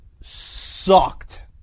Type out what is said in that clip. sucked